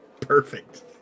Perfect